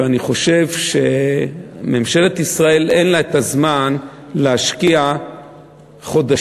ואני חושב שממשלת ישראל אין לה זמן להשקיע חודשים,